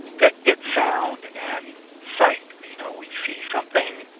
get get sound and sight, you know we see something,